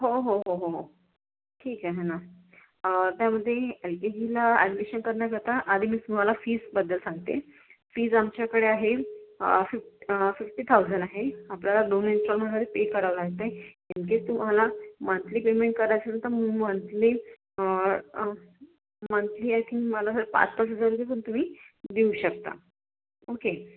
हो हो हो हो हो हो ठीक आहे ना त्यामध्ये एल के जीला ॲडमिशन करण्याकरता आधी मी तुम्हाला फीसबद्दल सांगते फीज आमच्याकडे आहे फिफ फिप्टी थाउजंड आहे आपल्याला दोन इन्स्टॉलमेंटमध्ये पे करावं लागतं आहे इन केस तुम्हाला मंथली पेमेंट करायचे असेल तर मंथली मंथली आय थिंक मला पाच पाच हजार पण तुम्ही देऊ शकता ओके